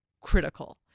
critical